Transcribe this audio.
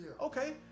okay